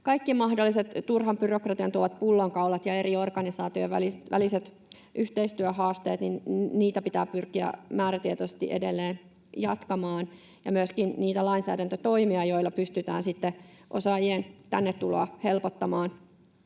kaikkia mahdollisia turhan byrokratian tuomia pullonkauloja pitää purkaa, ja eri organisaatioiden välisiä yhteistyöhaasteita pitää pyrkiä määrätietoisesti edelleen kehittämään ja myöskin niitä lainsäädäntötoimia, joilla pystytään sitten osaajien tänne tuloa helpottamaan.